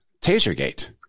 TaserGate